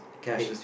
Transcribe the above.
paid